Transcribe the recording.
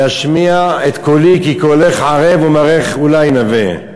להשמיע את קולי, כי קולך ערב ומראך אולי נווה.